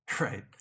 Right